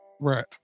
Right